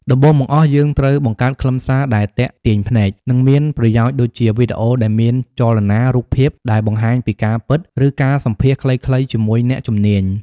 ដំបូងបង្អស់ យើងត្រូវបង្កើតខ្លឹមសារដែលទាក់ទាញភ្នែក និងមានប្រយោជន៍ដូចជា វីដេអូដែលមានចលនា រូបភាពដែលបង្ហាញពីការពិត ឬការសម្ភាសន៍ខ្លីៗជាមួយអ្នកជំនាញ។